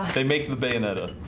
they make the bayonetta